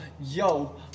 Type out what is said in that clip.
yo